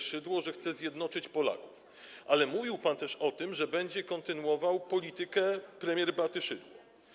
Szydło, że chce zjednoczyć Polaków, i mówił pan też o tym, że będzie kontynuował politykę premier Beaty Szydło.